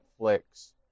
Netflix